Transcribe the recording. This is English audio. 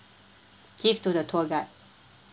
give to the tour guide